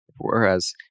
whereas